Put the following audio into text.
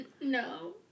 No